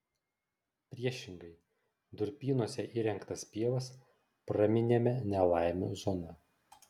priešingai durpynuose įrengtas pievas praminėme nelaimių zona